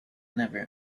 never